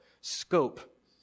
scope